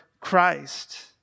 Christ